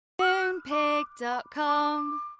Moonpig.com